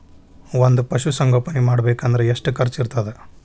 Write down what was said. ಒಂದ್ ಪಶುಸಂಗೋಪನೆ ಮಾಡ್ಬೇಕ್ ಅಂದ್ರ ಎಷ್ಟ ಖರ್ಚ್ ಬರತ್ತ?